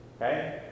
okay